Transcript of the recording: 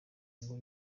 ngo